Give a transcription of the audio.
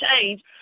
change